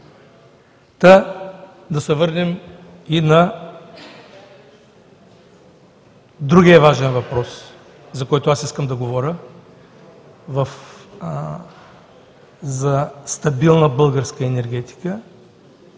Да се върнем и на другия важен въпрос, за който аз искам да говоря – за стабилна българска енергетика.